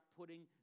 putting